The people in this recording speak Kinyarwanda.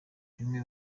bimwe